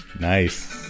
Nice